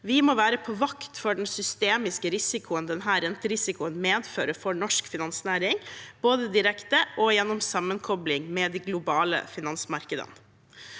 Vi må være på vakt overfor den systemiske risikoen denne renterisikoen medfører for norsk finansnæring, både direkte og gjennom sammenkobling med de globale finansmarkedene.